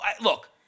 look